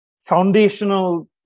foundational